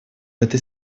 этой